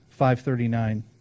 539